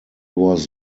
was